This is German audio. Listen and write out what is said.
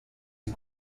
sie